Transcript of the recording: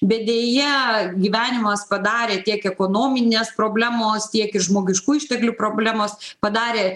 bet deja gyvenimas padarė tiek ekonominės problemos tiek ir žmogiškųjų išteklių problemos padarė